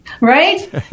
Right